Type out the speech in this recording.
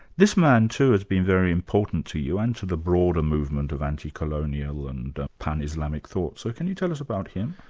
this man too, has been very important to you, and to the broader movement of anti-colonial and pan-islamic thought. so can you tell us about him?